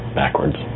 backwards